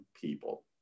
people